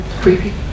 creepy